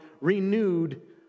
renewed